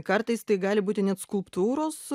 kartais tai gali būti net skulptūros